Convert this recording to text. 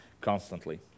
constantly